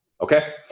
okay